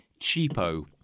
cheapo